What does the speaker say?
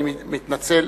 אני מתנצל,